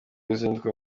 uruzinduko